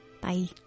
Bye